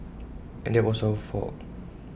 and that was our fault